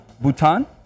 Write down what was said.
Bhutan